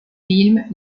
film